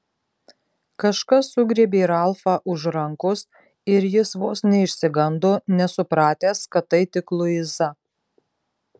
kažkas sugriebė ralfą už rankos ir jis vos neišsigando nesupratęs kad tai tik luiza